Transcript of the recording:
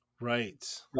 Right